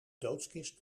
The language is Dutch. doodskist